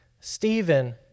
Stephen